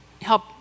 help